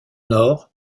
nord